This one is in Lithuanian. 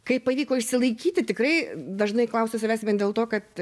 kaip pavyko išsilaikyti tikrai dažnai klausiu savęs vien dėl to kad